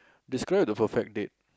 describe the perfect date